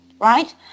right